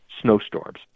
snowstorms